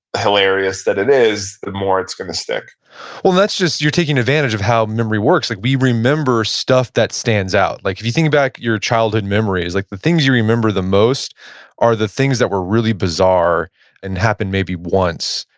hilarious that it is, the more it's going to stick well that's just your taking advantage of how memory works. like we remember stuff that stands out. like if you're thinking back your childhood memories, like the things you remember the most are the things that were really bizarre and happened maybe once.